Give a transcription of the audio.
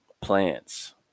plants